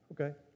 okay